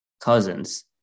Cousins